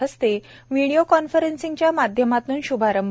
हस्ते व्हिडिओ कॉन्फरसिंगच्या माध्यमातून शुभारंभ